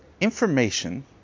Information